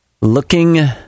Looking